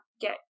get